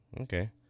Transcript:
Okay